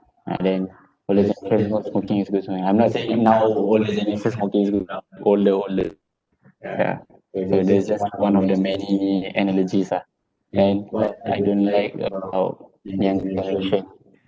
ah then older generation say smoking is good I'm not saying now older generation smoking is good you know older older yeah it's just one of the many analogies ah then what I don't like about the younger generation